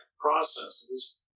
processes